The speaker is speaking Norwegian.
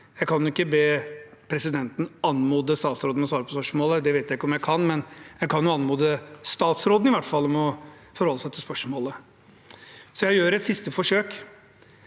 Jeg kan jo ikke be presidenten anmode statsråden om å svare på spørsmålet. Det vet jeg ikke om jeg kan, men jeg kan i hvert fall anmode statsråden om å forholde seg til spørsmålet. Så jeg gjør et siste forsøk,